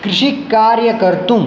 कृषिकार्यं कर्तुम्